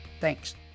Thanks